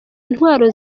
intwaro